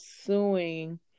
suing